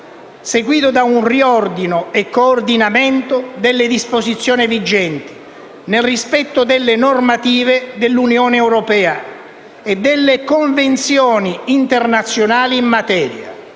seguito da un riordino e coordinamento delle disposizioni vigenti nel rispetto delle normative dell'Unione europea e delle convenzioni internazionali in materia,